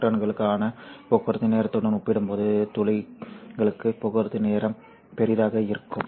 எலக்ட்ரான்களுக்கான போக்குவரத்து நேரத்துடன் ஒப்பிடும்போது துளைகளுக்கு போக்குவரத்து நேரம் பெரிதாக இருக்கும்